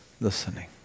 listening